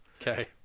Okay